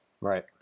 Right